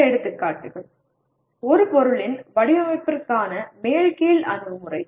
சில எடுத்துக்காட்டுகள் ஒரு பொருளின் வடிவமைப்பிற்கான மேல் கீழ் அணுகுமுறை